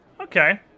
Okay